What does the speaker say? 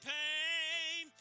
pain